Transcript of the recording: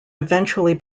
eventually